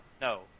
No